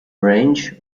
range